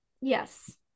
Yes